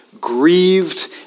grieved